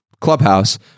Clubhouse